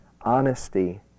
honesty